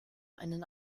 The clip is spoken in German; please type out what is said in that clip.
einen